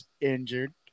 injured